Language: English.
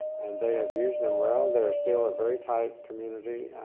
and they have used them well. they're still a very tight community,